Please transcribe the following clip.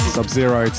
Sub-Zero